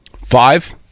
Five